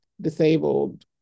disabled